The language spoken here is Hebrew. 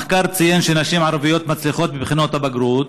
המחקר ציין שנשים ערביות מצליחות בבחינות הבגרות,